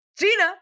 Gina